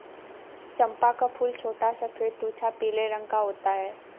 चंपा का फूल छोटा सफेद तुझा पीले रंग का होता है